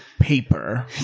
paper